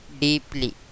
deeply